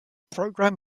program